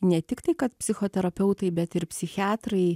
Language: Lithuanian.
ne tiktai kad psichoterapeutai bet ir psichiatrai